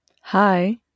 Hi